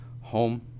home